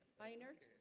hi nerd